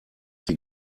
die